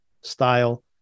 style